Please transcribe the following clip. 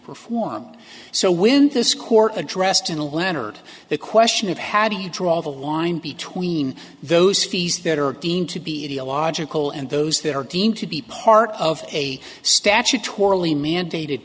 perform so when this court addressed in a letter the question of how do you draw the line between those fees that are deemed to be illogical and those that are deemed to be part of a statutorily mandated